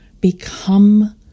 become